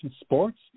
sports